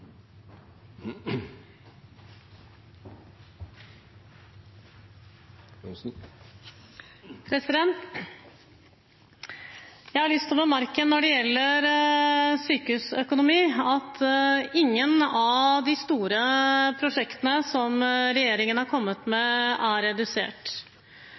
alle. Jeg har lyst til å bemerke når det gjelder sykehusøkonomi, at ingen av de store prosjektene som regjeringen har kommet med, er redusert.